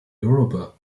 yoruba